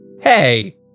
Hey